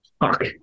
Fuck